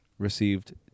received